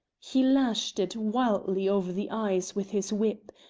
he lashed it wildly over the eyes with his whip,